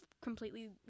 completely